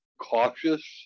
cautious